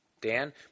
Dan